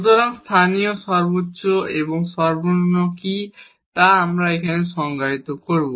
সুতরাং local maxima এবং minima কি আমরা এখানে সংজ্ঞায়িত করব